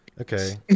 okay